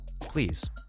Please